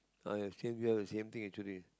ah ya same we have the same thing actually